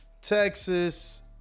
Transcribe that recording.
Texas